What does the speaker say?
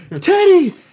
Teddy